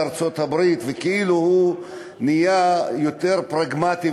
ארצות-הברית וכאילו הוא נהיה יותר פרגמטי,